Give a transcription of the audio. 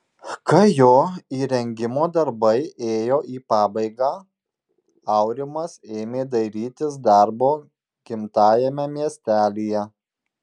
kai jo įrengimo darbai ėjo į pabaigą aurimas ėmė dairytis darbo gimtajame miestelyje